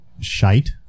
shite